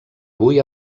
avui